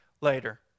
later